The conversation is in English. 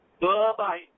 bye-bye